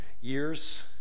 years